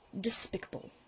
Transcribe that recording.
despicable